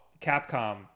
Capcom